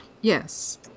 Yes